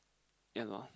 ya lor